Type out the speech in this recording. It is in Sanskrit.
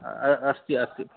अस्ति अस्ति